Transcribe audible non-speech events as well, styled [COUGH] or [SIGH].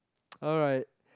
[NOISE] alright